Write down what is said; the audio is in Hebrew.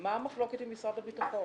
מה המחלוקת עם משרד הביטחון?